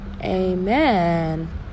amen